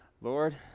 Lord